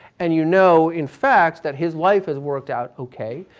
and you know, in fact, that his life has worked out okay.